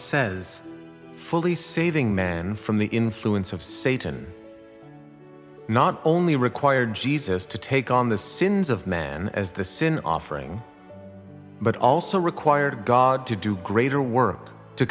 says fully saving man from the influence of satan not only require jesus to take on the sins of man as the sin offering but also require god to do greater work to